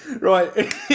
right